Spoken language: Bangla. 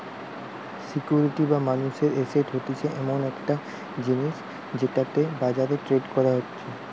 সিকিউরিটি বা মানুষের এসেট হতিছে এমন একটা জিনিস যেটাকে বাজারে ট্রেড করা যাতিছে